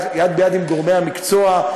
יד ביד עם גורמי המקצוע,